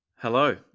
Hello